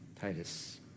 Titus